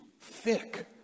thick